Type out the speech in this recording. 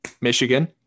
michigan